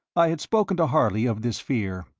i had spoken to harley of this fear.